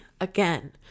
again